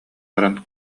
баран